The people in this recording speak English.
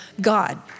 God